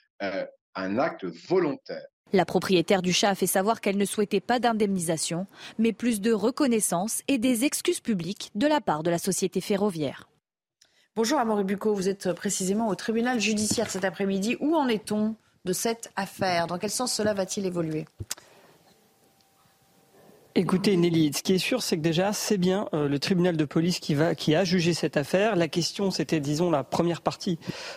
Euh, un acte volontaire. La propriétaire du chat a fait savoir qu'elle ne souhaitait pas d'indemnisation, mais plus de reconnaissance et des excuses publiques de la part de la société ferroviaire. Bonjour Amaury Bucco, vous êtes précisément au tribunal judiciaire cet après-midi. Où en est-on de cette affaire ? Dans quel sens cela va-t-il évoluer ? Écoutez, Nelly, ce qui est sûr, c'est que déjà, c'est bien, euh, le tribunal de police qui va- qui a jugé cette affaire. La question, c'était, disons, la première partie, euh,